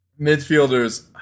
Midfielders